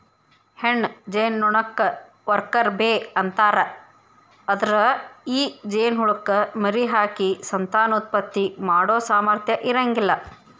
ಹೆಣ್ಣ ಜೇನನೊಣಕ್ಕ worker bee ಅಂತಾರ, ಅದ್ರ ಈ ಜೇನಹುಳಕ್ಕ ಮರಿಹಾಕಿ ಸಂತಾನೋತ್ಪತ್ತಿ ಮಾಡೋ ಸಾಮರ್ಥ್ಯ ಇರಂಗಿಲ್ಲ